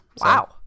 Wow